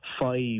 five